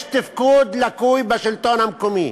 יש תפקוד לקוי בשלטון המקומי,